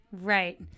Right